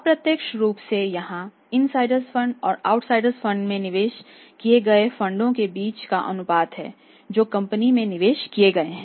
अप्रत्यक्ष रूप से यहां इनडायर्स फंड्स और आउटसाइडर्स फंड्स में निवेश किए गए फंडों के बीच का अनुपात है जो कंपनी में निवेश किए गए हैं